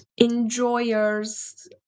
enjoyers